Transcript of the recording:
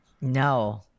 No